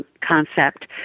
concept